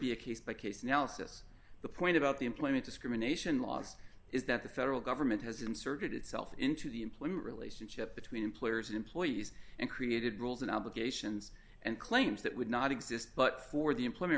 be a case by case analysis the point about the employment discrimination laws is that the federal government has inserted itself into the employment relationship between employers and employees and created rules and obligations and claims that would not exist but for the employment